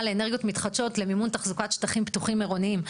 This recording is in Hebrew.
לאנרגיות מתחדשות למימון תחזוקת שטחים פתוחים עירוניים.